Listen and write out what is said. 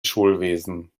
schulwesen